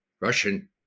Russian